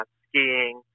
skiing